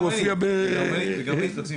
בישראל כותבים